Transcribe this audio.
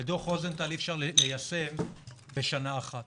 את דוח רוזנטל אי אפשר ליישם בשנה אחת,